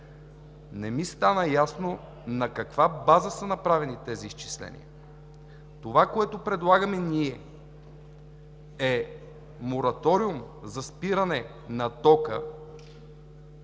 Не ми стана ясно на каква база са направени тези изчисления?! Това, което предлагаме ние, е мораториум за спиране на тока